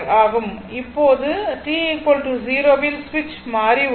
இப்போது t 0 இல் சுவிட்ச் மாறியுள்ளது